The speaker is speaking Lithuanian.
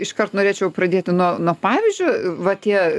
iškart norėčiau pradėti nuo nuo pavyzdžio va tie